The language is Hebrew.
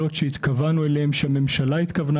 סל הבריאות.